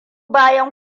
bayan